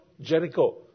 Jericho